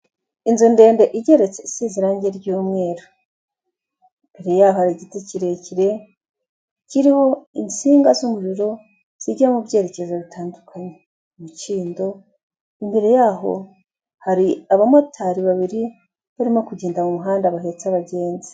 Inzu ndende igeretse isi irangi ry'umweru, hari igiti kirekire kiriho insinga z'umuriro zijya mu byerekezo bitandukanye, mikindo imbere yaho hari abamotari babiri barimo kugenda mu muhanda bahetse abagenzi.